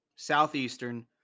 Southeastern